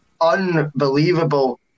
unbelievable